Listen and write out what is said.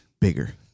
Bigger